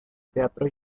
teatro